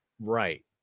Right